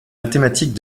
mathématique